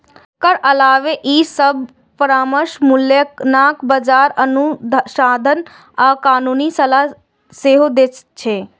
एकर अलावे ई सभ परामर्श, मूल्यांकन, बाजार अनुसंधान आ कानूनी सलाह सेहो दै छै